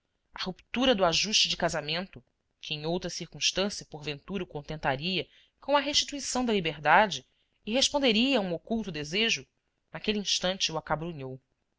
a ruptura do ajuste de casamento que em outra circunstância porventura o contentaria com a restituição da liberdade e responderia a um oculto desejo naquele instante o acabrunhou